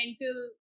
mental